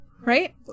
Right